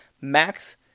Max